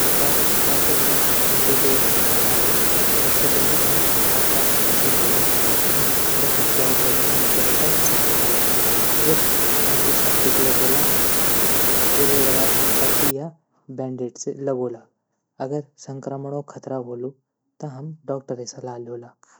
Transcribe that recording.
छोटा कट या खरोंच देखभाल कनाले सबसे पैली हम हाथ तै अछा से धोला। जखमा चोट वीं जगह तै साफ कला। फिर एंटीसैप्टिक लगौला। फिर वेक बाद पट्टी या बैडिंड से लगौला। अगर संक्रमण खतरा होलू त डाक्टर सलाह ल्योला।